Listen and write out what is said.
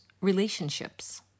relationships